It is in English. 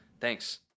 Thanks